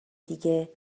دیگه